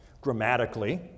grammatically